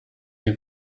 you